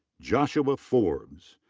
joshua forbes.